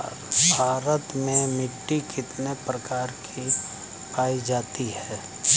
भारत में मिट्टी कितने प्रकार की पाई जाती हैं?